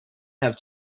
have